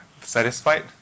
satisfied